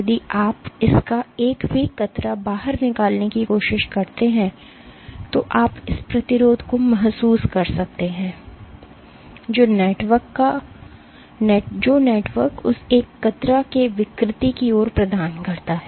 यदि आप इसका एक भी कतरा बाहर निकालने की कोशिश करते हैं तो आप उस प्रतिरोध को महसूस कर सकते हैं जो नेटवर्क उस एक कतरा के विकृति की ओर प्रदान करता है